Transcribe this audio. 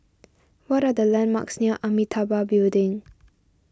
what are the landmarks near Amitabha Building